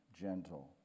gentle